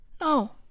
No